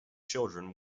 children